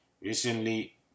Recently